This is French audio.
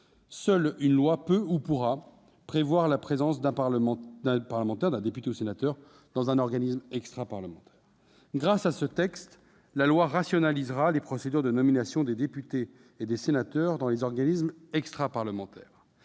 seule une loi peut ou pourra prévoir la présence d'un parlementaire, député ou sénateur, dans un organisme extraparlementaire. Grâce à ce texte, les procédures de nomination des députés et des sénateurs dans les organismes extraparlementaires